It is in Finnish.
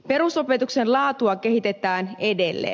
perusopetuksen laatua kehitetään edelleen